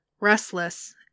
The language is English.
Restless